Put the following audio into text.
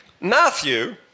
Matthew